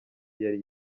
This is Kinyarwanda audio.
yari